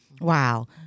Wow